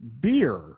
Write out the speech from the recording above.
beer